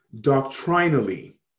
Doctrinally